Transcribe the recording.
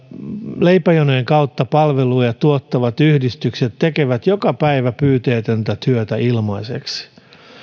leipäjonojen kautta palveluja tuottavat yhdistykset tekevät joka päivä pyyteetöntä työtä ilmaiseksi